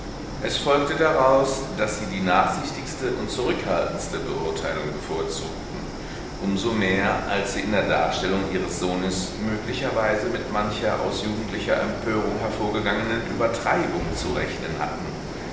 es folgte daraus daß sie die nachsichtigste und zurückhaltendste beurteilung bevorzugten um so mehr als sie in der darstellung ihres sohnes möglicherweise mit mancher aus jugendlicher empörung hervorgegangenen übertreibung zu rechnen hatten